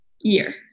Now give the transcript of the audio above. year